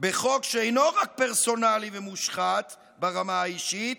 בחוק שאינו רק פרסונלי ומושחת ברמה האישית,